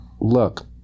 look